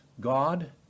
God